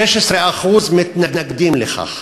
ורק 16% מתנגדים לכך,